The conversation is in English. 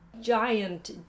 Giant